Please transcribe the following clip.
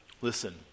Listen